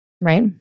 right